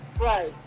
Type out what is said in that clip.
Right